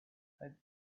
had